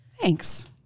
Thanks